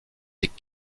des